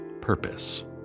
purpose